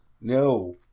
No